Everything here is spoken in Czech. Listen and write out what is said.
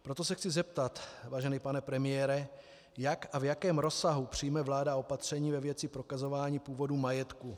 Proto se chci zeptat, vážený pane premiére, jak a v jakém rozsahu přijme vláda opatření ve věci prokazování původu majetku.